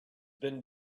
been